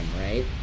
right